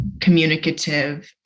communicative